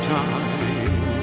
time